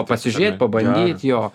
pasižiūrėt pabandyt jo